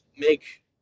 make